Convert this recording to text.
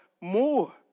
more